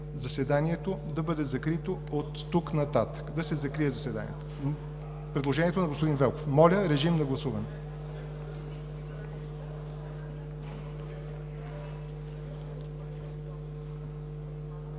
заседанието да бъде закрито оттук нататък, да се закрие заседанието – предложението на господин Велков. Гласували